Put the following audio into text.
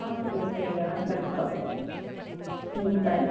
ஆ சரி ஓகேங்க கண்டிப்பாக ம் தேங்க்ஸ்